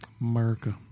America